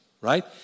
right